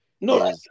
No